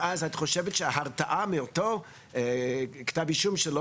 את חושבת שיש הרתעה מאותו כתב אישום שלא